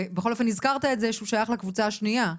ובכל אופן, הזכרת את זה שהוא שייך לקבוצה השנייה.